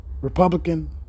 Republican